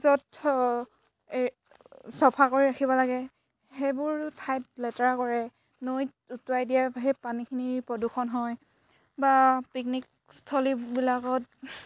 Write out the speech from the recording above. য'ত চাফা কৰি ৰাখিব লাগে সেইবোৰ ঠাইত লেতেৰা কৰে নৈত উটুৱাই দিয়ে সেই পানীখিনি প্ৰদূষণ হয় বা পিকনিকস্থলীবিলাকত